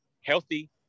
healthy